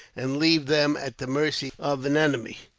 and leave them at the mercy of an enemy!